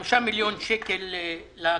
5 מיליון שקל לכדורגל,